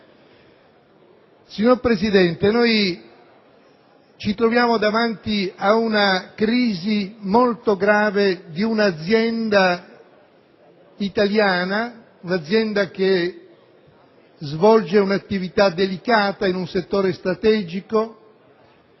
Signor Presidente, ci troviamo davanti alla crisi, molto grave, di un' azienda italiana che svolge un' attività delicata in un settore strategico: